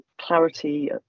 clarity